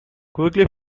quickly